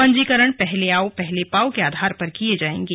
पंजीकरण पहले आओ पहले पाओ के आधार पर किये जायेंगे